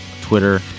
twitter